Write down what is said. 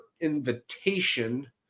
invitation